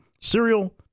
Cereal